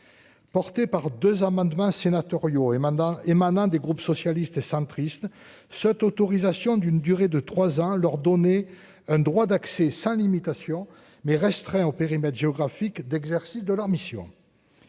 Porté par 2 amendements sénatoriaux et mandat émanant des groupes socialistes et centristes cette autorisation d'une durée de 3 ans, leur donner un droit d'accès, sans limitations mais restreint au périmètre géographique d'exercice de leur mission